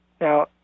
Now